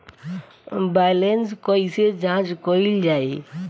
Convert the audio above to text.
Balance कइसे जांच कइल जाइ?